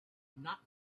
not